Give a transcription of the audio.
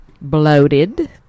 bloated